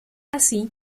así